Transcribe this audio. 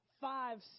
five